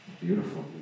beautiful